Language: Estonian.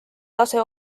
tase